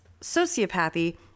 sociopathy